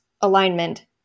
alignment